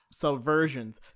subversions